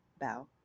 Bow